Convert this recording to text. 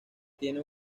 tiene